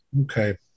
Okay